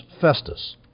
Festus